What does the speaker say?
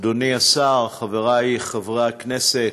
אדוני השר, חברי חברי הכנסת,